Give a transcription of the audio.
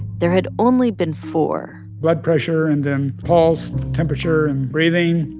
there had only been four blood pressure and then pulse, temperature and breathing.